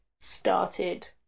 started